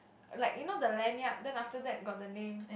like you know the lanyard then after that got the name